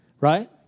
Right